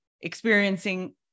experiencing